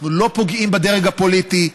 אנחנו לא פוגעים בדרג הפוליטי.